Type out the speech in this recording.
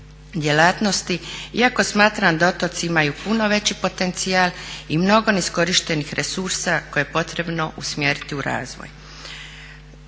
iako smatram da otoci imaju puno veći potencijal i mnogo neiskorištenih resursa koje je potrebno usmjeriti u razvoj.